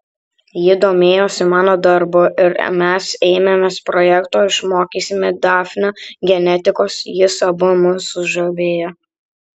ji domėjosi mano darbu ir mes ėmėmės projekto išmokysime dafnę genetikos jis abu mus sužavėjo